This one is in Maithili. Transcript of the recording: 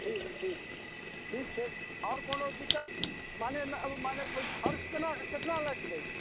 ठीक ठीक ठीक छै आओर कोनो दिक्कत माने नहि माने पै खर्च केना केतना लगतै